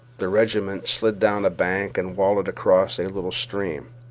the regiment slid down a bank and wallowed across a little stream.